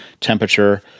temperature